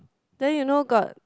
then you know got